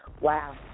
Wow